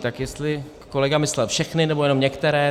Tak jestli kolega myslel všechny, nebo jen některé...